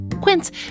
Quince